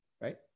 right